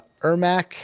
Ermac